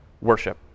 worship